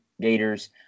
gators